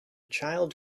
child